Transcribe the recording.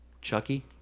Chucky